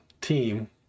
team